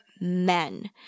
men